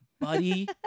buddy